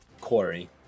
quarry